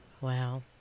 wow